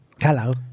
Hello